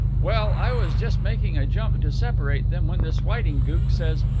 well, i was just making a jump to separate them when this whiting gook says,